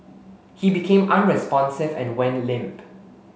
he became unresponsive and went limp